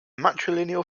matrilineal